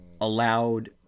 allowed